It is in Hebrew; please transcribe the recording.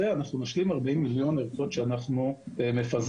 אנחנו נשלים 40 מיליון ערכות שאנחנו מפזרים.